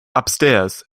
upstairs